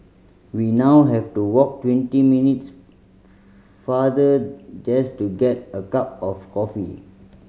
we now have to walk twenty minutes farther just to get a cup of coffee